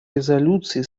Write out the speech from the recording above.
резолюции